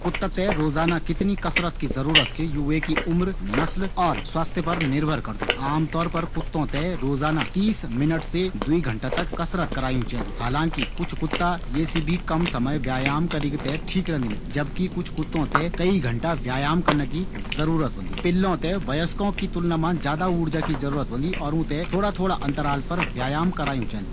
कुत्ता थें रोजाना कितना कसरत की आवश्यकता च, यू विकी उम्र, नस्ल और स्वास्थ्य पर निर्भर करदू। आमतौर पर कुत्तों थें रोजाना तीस मिनट से दो घंटा तक कसरत करायीं चैन्दी। हालांकि कुछ कुत्ता ये से कम समय तक कसरत करिक भी ठीक रन्दीन। जबकि कुछ कुत्तों थें कई घंटा तक व्यायाम करना की जरूरत होंदी। पिल्लों थें वयस्कों की तुलना मा अधिक ऊर्जा की जरूरत होंदी। और ऊँ थें थोड़ा थोड़ा अंतराल पर व्यायाम करायूँ चैन्दु।